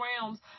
realms